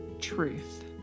truth